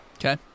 Okay